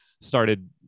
started